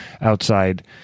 outside